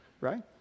right